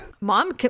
Mom